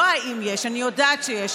לא "האם יש" אני יודעת שיש.